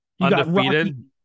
Undefeated